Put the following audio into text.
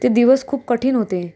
ते दिवस खूप कठीण होते